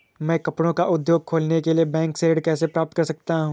मैं कपड़े का उद्योग खोलने के लिए बैंक से ऋण कैसे प्राप्त कर सकता हूँ?